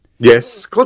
Yes